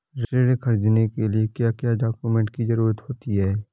ऋण ख़रीदने के लिए क्या क्या डॉक्यूमेंट की ज़रुरत होती है?